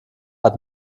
hat